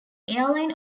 airline